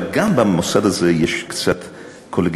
אבל גם במוסד הזה יש קצת קולגיאליות,